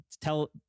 tell